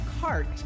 cart